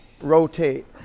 rotate